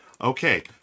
Okay